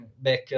back